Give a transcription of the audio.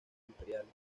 imperiales